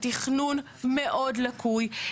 התכנון מאוד לקוי.